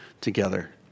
together